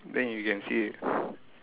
then you can see